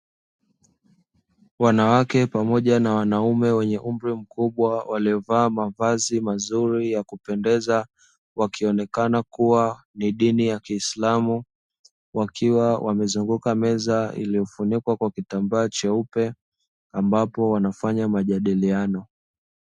Wanawake pamoja na wanaume, wenye umri mkubwa; waliovaa mavazi mazuri ya kupendeza. Wakionekana kuwa ni dini ya kiislamu, wakiwa wamezunguka meza iliyofunikwa kwa kitambaa cheupe, ambapo wanafanya majadiliano.